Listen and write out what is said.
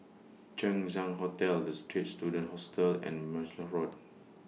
Chang Ziang Hotel The Straits Students Hostel and Martlesham Road